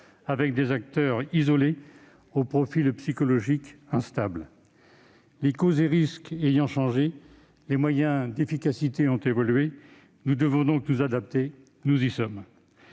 avec des acteurs isolés, au profil psychologique instable. Les causes et les risques ont changé, et les moyens d'efficacité ont évolué. Nous devons donc nous adapter. Nous y sommes